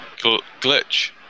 glitch